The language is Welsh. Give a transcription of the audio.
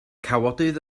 cawodydd